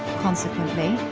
consequently,